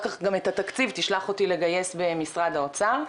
אחר כך גם את התקציב תשלח אותי לגייס במשרד האוצר,